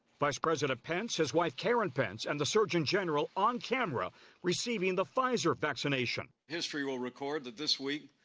vice president pence, his wife karen pence and the surgeon general on camera receiving the pfizer vaccination. history will record that this week